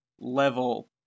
level